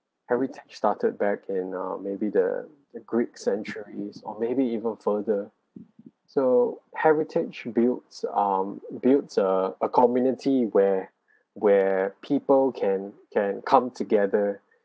heritage started back in uh maybe the the greek centuries or maybe even further so heritage builts um builts uh a community where where people can can come together